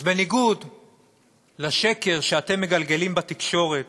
אז בניגוד לשקר שאתם מגלגלים בתקשורת